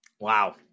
Wow